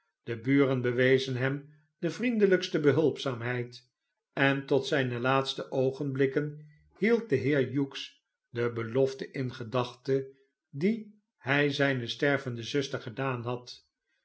de buren bewezen hem de vriendelijkste behulpzaamheid en tot zijne laatste oogenblikken hield de heer hughes de belofte in gedachte die hij zijne stervende zuster gedaanhad